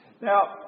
Now